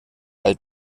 alt